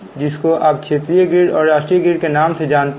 जिसको आप क्षेत्रीय ग्रिड और राष्ट्रीय ग्रिड के नाम से जानते हैं